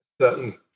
certain